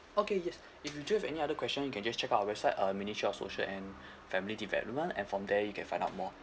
okay yes if you do have any other question you can just check out our website uh ministry of social and family development and from there you can find out more